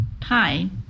time